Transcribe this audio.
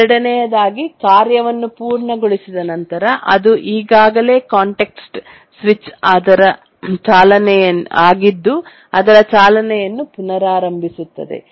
ಎರಡನೆಯದಾಗಿ ಕಾರ್ಯವನ್ನು ಪೂರ್ಣಗೊಳಿಸಿದ ನಂತರ ಅದು ಈಗಾಗಲೇ ಕಾಂಟೆಕ್ಸ್ಟ್ ಸ್ವಿಚಡಾಗಿದು ಅದರ ಚಾಲನೆಯನ್ನು ಪುನರಾರಂಭಿಸುತ್ತದೆ